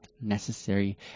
necessary